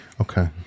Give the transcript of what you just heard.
Okay